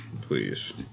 Please